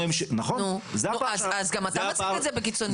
אז גם אתה מציג את זה בקיצוניות.